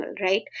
right